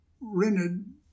rented